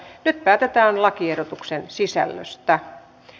nyt päätetään lakiehdotuksen sisällöstä